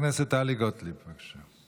חברת הכנסת טלי גוטליב, בבקשה.